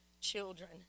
children